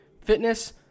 fitness